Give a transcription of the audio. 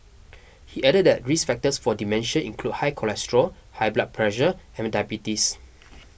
he added that risk factors for dementia include high cholesterol high blood pressure and diabetes